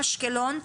אשקלון,